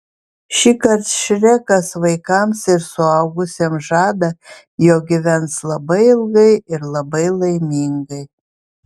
šįkart šrekas vaikams ir suaugusiems žada jog gyvens labai ilgai ir labai laimingai